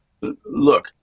Look